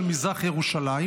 של מזרח ירושלים,